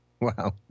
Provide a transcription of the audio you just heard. Wow